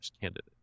candidate